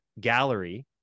gallery